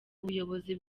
ubuyobozi